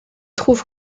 trouve